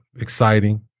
exciting